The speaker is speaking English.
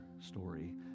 story